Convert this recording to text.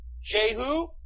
Jehu